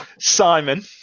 Simon